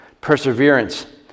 perseverance